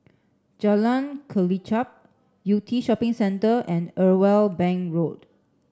Jalan Kelichap Yew Tee Shopping Centre and Irwell Bank Road